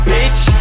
Bitch